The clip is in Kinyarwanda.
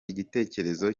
igitekerezo